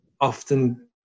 often